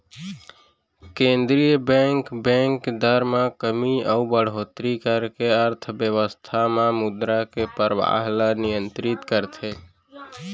केंद्रीय bank, bank दर म कमी अउ बड़होत्तरी करके अर्थबेवस्था म मुद्रा के परवाह ल नियंतरित करथे